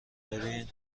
ببین